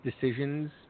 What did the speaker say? decisions